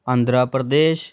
Andhra Pradesh